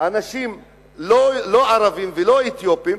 בהן אנשים לא ערבים ולא אתיופים,